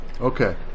Okay